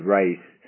race